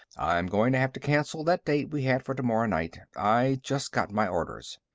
i'm going to have to cancel that date we had for tomorrow night. i just got my orders.